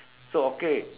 so okay